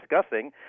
discussing